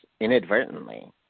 inadvertently